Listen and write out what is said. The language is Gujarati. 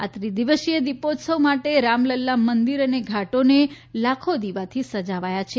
આ ત્રિદિવસીય દીપોત્સવ માટે રામલલ્લા મંદિર અને ઘાટોને લાખો દિવાથી સજાવાયા છે